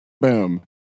Boom